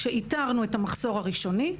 כשאיתרנו את המחסור הראשוני,